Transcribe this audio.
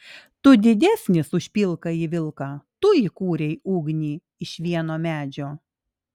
tu didesnis už pilkąjį vilką tu įkūrei ugnį iš vieno medžio